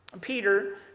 Peter